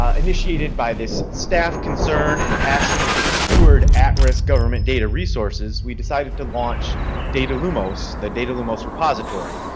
ah initiated by this staff concern and passion to steward at risk government data resources, we decided to launch datalumos, the datalumos repository.